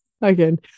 Again